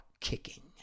kicking